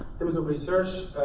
terms of research,